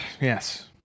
Yes